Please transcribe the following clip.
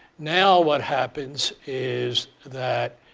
now what happens is that